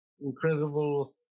incredible